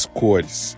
cores